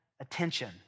attention